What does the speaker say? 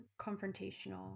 confrontational